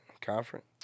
Conference